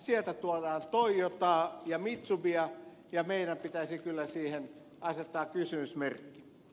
sieltä tuodaan toyotaa ja mitsubishia ja meidän pitäisi kyllä siihen asettaa kysymysmerkki